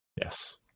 Yes